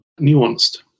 nuanced